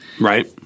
Right